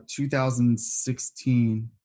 2016